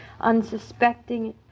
unsuspecting